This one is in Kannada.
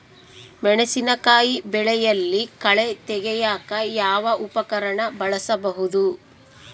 ಮೆಣಸಿನಕಾಯಿ ಬೆಳೆಯಲ್ಲಿ ಕಳೆ ತೆಗಿಯಾಕ ಯಾವ ಉಪಕರಣ ಬಳಸಬಹುದು?